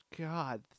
God